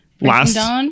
Last